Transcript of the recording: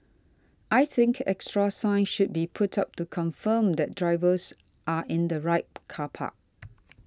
I think extra signs should be put up to confirm that drivers are in the right car park